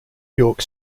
york